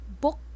book